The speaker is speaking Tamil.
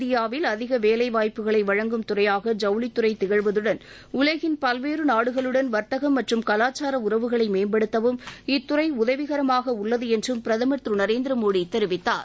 இந்தியாவில் அதிக வேலை வாய்ப்புகளை வழங்கும் துறையாக ஜவுளித்துறை திகழ்வதுடன் உலகின் பல்வேறு நாடுகளுடன் வர்த்தகம் மற்றும் கலாச்சார உறவுகளை மேம்படுத்தவும் இத்துறை உதவிகரமாக உள்ளது என்றும் பிரதமர் திரு நரேந்திர மோடி தெரிவித்தார்